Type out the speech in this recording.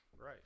Right